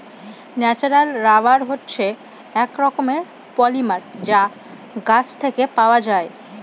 natural rubber হচ্ছে এক রকমের পলিমার যা গাছ থেকে পাওয়া যায়